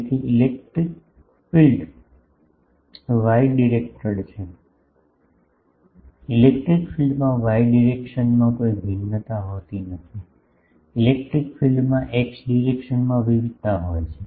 તેથી electric field Y directed છે electric ફીલ્ડમાં વાય ડિરેક્શનમાં કોઈ ભિન્નતા હોતી નથી ઇલેક્ટ્રિક ફીલ્ડમાં એક્સ ડિરેક્શનમાં વિવિધતા હોય છે